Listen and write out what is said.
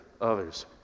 others